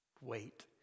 Wait